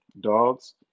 Dogs